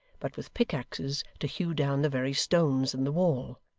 but with pickaxes to hew down the very stones in the wall.